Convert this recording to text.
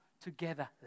together